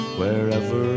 wherever